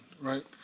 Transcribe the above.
right